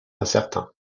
incertain